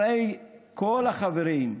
הרי כל החברים,